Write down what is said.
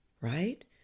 right